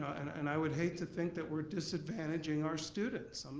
and i would hate to think that we're disadvantaging our students. um